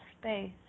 space